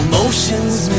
Emotions